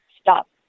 stop